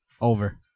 Over